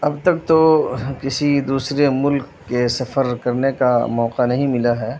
اب تک تو کسی دوسرے ملک کے سفر کرنے کا موقع نہیں ملا ہے